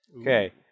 Okay